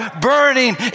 burning